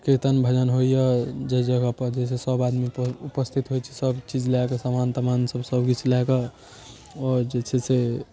किर्तन भजन होइया जाहि जगह पर जे छै से सब आदमी उपस्थित होइ छै सब चीज लऽ कऽ समान तमान ई सब सब किछु लऽ कऽ